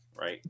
right